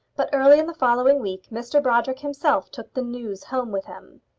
but early in the following week mr brodrick himself took the news home with him.